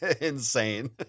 insane